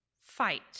fight